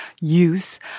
use